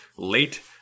Late